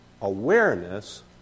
awareness